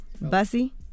Bussy